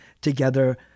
together